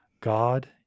God